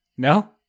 No